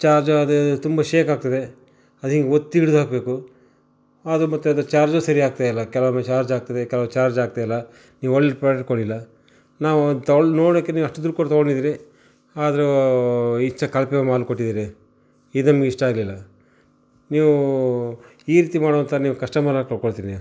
charge ಅದು ತುಂಬ shake ಆಗ್ತದೆ ಅದು ಹಿಂಗೆ ಒತ್ತಿ ಹಿಡಿದು ಹಾಕಬೇಕು ಅದು ಮತ್ತು ಅದು ಚಾರ್ಜು ಸರಿ ಆಗ್ತಾಯಿಲ್ಲ ಕೆಲವೊಮ್ಮೆ ಚಾರ್ಜ್ ಆಗ್ತದೆ ಕೆಲವು ಚಾರ್ಜ್ ಆಗ್ತಾಯಿಲ್ಲ ನೀವು ಒಳ್ಳೆ ಪ್ರಾಡಕ್ಟ್ ಕೊಡಲಿಲ್ಲ ನಾವು ತಗೊ ನೋಡೋಕೆ ನೀವು ಅಷ್ಟು ದುಡ್ಡು ಕೊಟ್ಟು ತಗೊಂಡಿದ್ದೀರಿ ಆದರೂ ಇಷ್ಟು ಕಳಪೆ ಮಾಲು ಕೊಟ್ಟಿದ್ದೀರಿ ಇದು ನಮಗೆ ಇಷ್ಟ ಆಗಲಿಲ್ಲ ನೀವು ಈ ರೀತಿ ಮಾಡು ಅಂತ ನೀವು ಕಸ್ಟಮರ್ನ ಕಳ್ಕೊಳ್ತೀರ